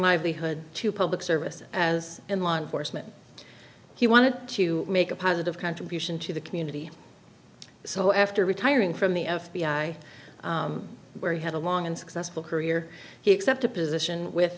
livelihood to public service as in law enforcement he wanted to make a positive contribution to the community so after retiring from the f b i where he had a long and successful career he accepted a position with